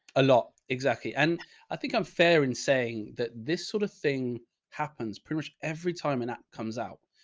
a lot. exactly. and i think i'm fair in saying that this sort of thing happens pretty much every time an app comes out.